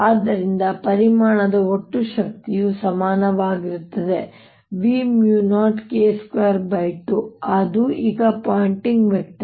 ಆದ್ದರಿಂದ ಪರಿಮಾಣದ ಒಟ್ಟು ಶಕ್ತಿಯು ಸಮಾನವಾಗಿರುತ್ತದೆ V0K22 ಅದು ಈಗ ಪಾಯಿಂಟಿಂಗ್ ವೆಕ್ಟರ್